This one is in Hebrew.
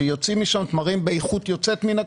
שיוצאים משם תמרים באיכות יוצאת מן הכלל.